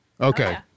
Okay